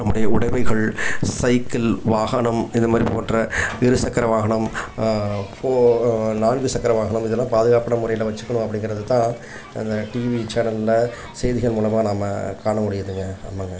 நம்முடைய உடமைகள் சைக்கிள் வாகனம் இந்த மாதிரி போன்ற இருசக்கர வாகனம் ஃபோ நான்கு சக்கர வாகனம் இதெலாம் பாதுகாப்பான முறைல வச்சுக்கணும் அப்படிங்கறது தான் அந்த டிவி சேனலில் செய்திகள் மூலமாக நம்ம காண முடியிதுங்க ஆமாம்ங்க